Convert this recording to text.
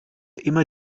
immer